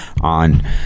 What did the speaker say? On